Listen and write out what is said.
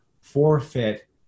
forfeit